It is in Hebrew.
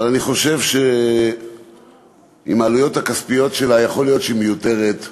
אבל אני חושב שעם העלויות הכספיות שלה יכול להיות שהיא מיותרת,